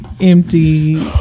empty